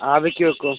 ആവിക്ക് വെക്കും